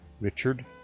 Richard